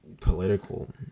political